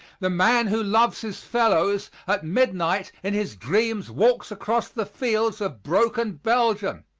the man who loves his fellows, at midnight in his dreams walks across the fields of broken belgium.